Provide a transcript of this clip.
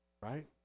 Right